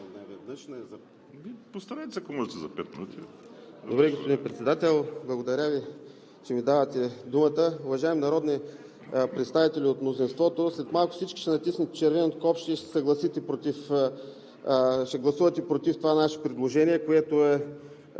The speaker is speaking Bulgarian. Ви, господин Председател. Благодаря Ви, че ми давате думата. Уважаеми народни представители от мнозинството, след малко всички ще натиснете червеното копче и ще гласувате против това наше предложение, с което се